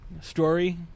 story